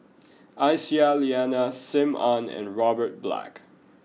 Aisyah Lyana Sim Ann and Robert Black